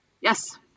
Yes